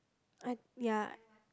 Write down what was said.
I ya